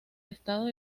estado